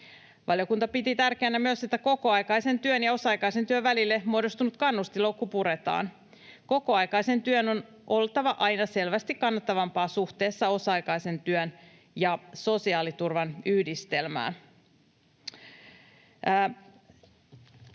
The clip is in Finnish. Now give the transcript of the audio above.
Valiokunta piti tärkeänä myös sitä, että kokoaikaisen työn ja osa-aikaisen työn välille muodostunut kannustinloukku puretaan. Kokoaikaisen työn on oltava aina selvästi kannattavampaa suhteessa osa-aikaisen työn ja sosiaaliturvan yhdistelmään.